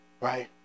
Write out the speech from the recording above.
right